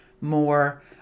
more